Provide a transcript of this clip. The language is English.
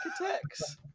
Architects